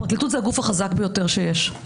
הפרקליטות זה הגוף החזק ביותר שיש,